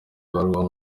ibaruwa